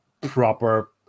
proper